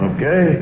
Okay